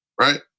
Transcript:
right